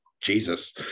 Jesus